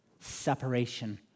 separation